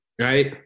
right